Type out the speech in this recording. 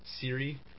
Siri